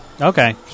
Okay